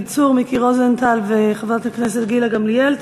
של חברי הכנסת דוד צור ומיקי רוזנטל וחברת הכנסת גילה גמליאל.